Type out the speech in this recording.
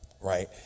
right